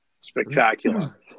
spectacular